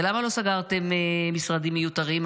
ולמה לא סגרתם משרדים מיותרים?